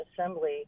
Assembly